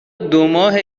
دوماه